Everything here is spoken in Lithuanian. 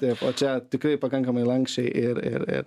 taip o čia tikrai pakankamai lanksčiai ir ir ir